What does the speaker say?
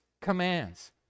commands